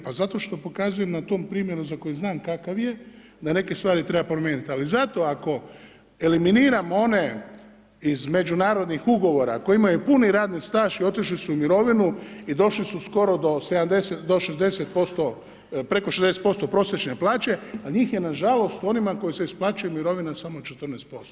Pa zato što pokazujem na tu primjeru za koji znam kakav je, da neke stvari treba promijeniti ali zato ako eliminiramo one iz međunarodnih ugovora koji imaju puni radni staž i otišli su u mirovinu i došli su skoro do preko 60% prosječne plaće, a njih ne nažalost, onima koji se isplaćuju mirovine samo 14%